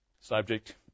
subject